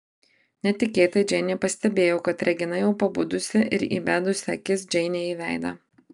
netikėtai džeinė pastebėjo kad regina jau pabudusi ir įbedusi akis džeinei į veidą